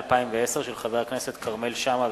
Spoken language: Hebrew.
מאת חברי הכנסת כרמל שאמה,